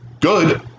good